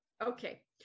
Okay